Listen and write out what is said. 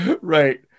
Right